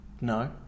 No